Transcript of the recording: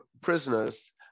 prisoners